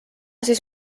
siis